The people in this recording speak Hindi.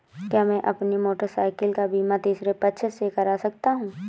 क्या मैं अपनी मोटरसाइकिल का बीमा तीसरे पक्ष से करा सकता हूँ?